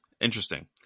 Interesting